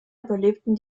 überlebten